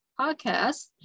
podcast